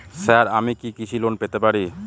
Sir আমি কি কৃষি লোন পেতে পারি?